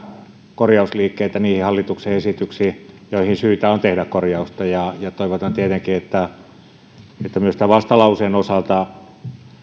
korjausliikkeitä niihin hallituksen esityksiin joihin syytä on tehdä korjausta ja ja toivotaan tietenkin että myös tämän vastalauseen osalta